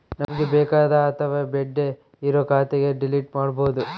ನಮ್ಗೆ ಬೇಕಾದ ಅಥವಾ ಬೇಡ್ಡೆ ಇರೋ ಖಾತೆನ ಡಿಲೀಟ್ ಮಾಡ್ಬೋದು